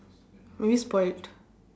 maybe spoilt